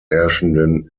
herrschenden